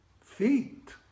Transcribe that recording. feet